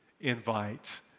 invite